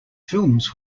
films